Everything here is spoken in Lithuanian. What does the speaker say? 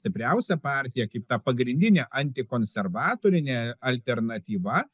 stipriausia partija kaip ta pagrindinė antikonservatorinė alternatyva